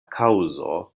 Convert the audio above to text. kaŭzo